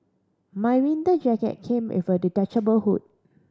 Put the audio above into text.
my winter jacket came with a detachable hood